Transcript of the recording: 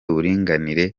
uburinganire